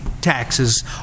taxes